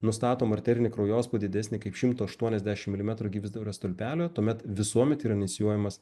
nustatom arterinį kraujospūdį didesnį kaip šimto aštuoniasdešim milimetrų gyvsidabrio stulpelio tuomet visuomet yra inicijuojamas